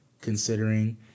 considering